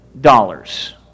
dollars